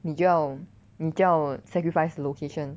你就要你就要 sacrifice location